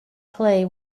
play